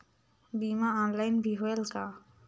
बीमा ऑनलाइन भी होयल का?